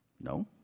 No